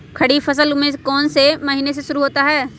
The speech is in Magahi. खरीफ फसल कौन में से महीने से शुरू होता है?